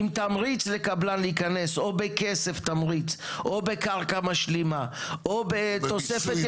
עם תמריץ לקבלן להיכנס או בכסף תמריץ או בקרקע משלימה או בתוספת